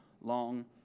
long